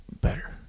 better